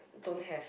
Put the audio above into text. don't have